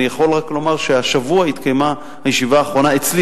אני יכול רק לומר שהשבוע התקיימה הישיבה האחרונה אצלי